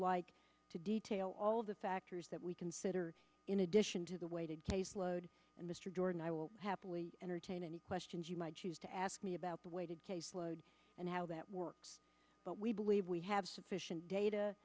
like to detail all of the factors that we consider in addition to the weighted caseload and mr jordan i will happily entertain any questions you might choose to ask me about the weighted caseload and how that works but we believe we have sufficient data